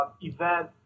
event